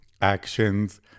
actions